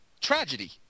tragedy